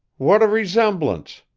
what a resemblance!